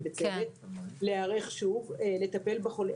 ובצדק - להערך שוב לטפל בחולים.